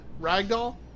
Ragdoll